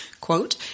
quote